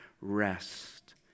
rest